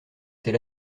c’est